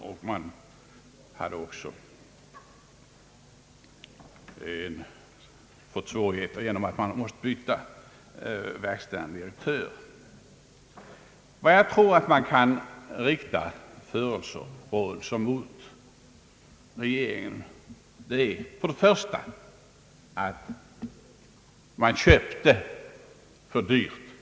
Herr Wickman tillägger att man fått svårigheter genom att man nödgats byta verkställande direktör. Vilka förebråelser kan man då rikta mot regeringen? Jag tror för det första att man kan rikta kritik mot regeringen för att den köpte Duroxföretaget för dyrt.